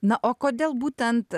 na o kodėl būtent